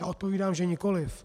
A odpovídám, že nikoliv.